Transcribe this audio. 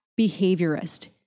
behaviorist